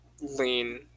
lean